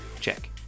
check